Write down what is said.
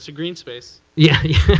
so green space. yeah yeah